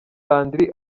landry